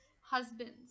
husbands